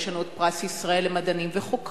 ויש לנו את פרס ישראל למדענים וחוקרים,